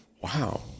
wow